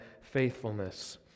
faithfulness